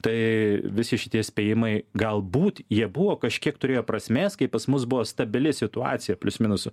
tai visi šitie spėjimai galbūt jie buvo kažkiek turėjo prasmės kai pas mus buvo stabili situacija plius minus